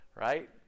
Right